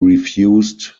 refused